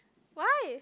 why